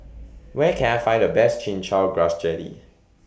Where Can I Find The Best Chin Chow Grass Jelly